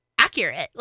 accurate